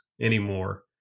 anymore